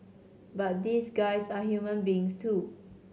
but these guys are human beings too